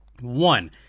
One